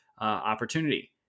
opportunity